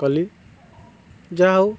କଲି ଯାହା ହଉ